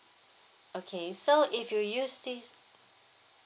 okay so if you use this